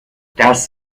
das